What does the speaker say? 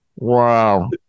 Wow